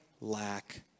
lack